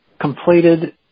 completed